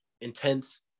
intense